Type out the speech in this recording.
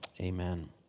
Amen